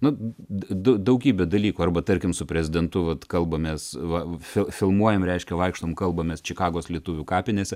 na daugybė dalykų arba tarkim su prezidentu vat kalbamės va fil filmuojam reiškia vaikštom kalbamės čikagos lietuvių kapinės